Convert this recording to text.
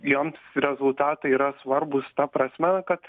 joms rezultatai yra svarbūs ta prasme kad